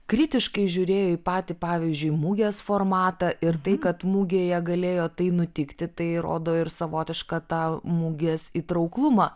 kritiškai žiūrėjo į patį pavyzdžiui mugės formatą ir tai kad mugėje galėjo tai nutikti tai rodo ir savotišką tą mugės įtrauklumą